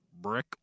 Brick